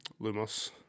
Lumos